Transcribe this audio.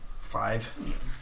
Five